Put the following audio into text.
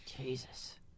Jesus